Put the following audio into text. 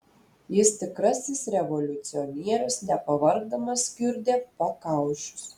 jis tikrasis revoliucionierius nepavargdamas kiurdė pakaušius